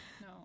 No